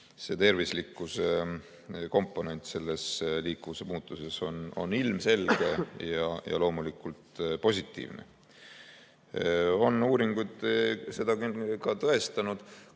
tervislikkuse komponent liikuvuse muutuses on ilmselge ja loomulikult positiivne. Uuringud on seda tõestanud.